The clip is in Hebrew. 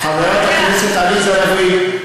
חברת הכנסת עליזה לביא,